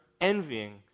envying